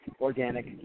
organic